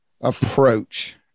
approach